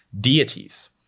deities